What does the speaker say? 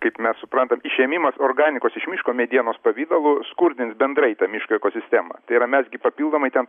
kaip mes suprantam išėmimas organikos iš miško medienos pavidalu skurdins bendrai tą miško ekosistemą tai yra mes gi papildomai ten